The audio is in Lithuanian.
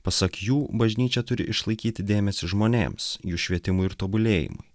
pasak jų bažnyčia turi išlaikyti dėmesį žmonėms jų švietimui ir tobulėjimui